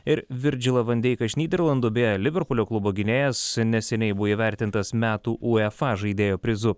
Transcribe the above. ir virdžilą van deiką iš nyderlandų beje liverpulio klubo gynėjas neseniai buvo įvertintas metų uefa žaidėjo prizu